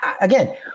again